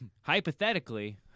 Hypothetically